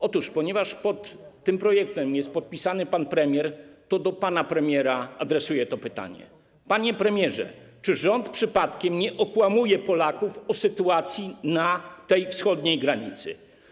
Otóż ponieważ pod tym projektem jest podpisany pan premier, to do pana premiera adresuję to pytanie: Panie premierze, czy rząd przypadkiem nie okłamuje Polaków o sytuacji na wschodniej granicy?